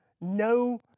no